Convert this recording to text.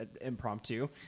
impromptu